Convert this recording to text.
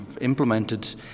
implemented